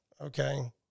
okay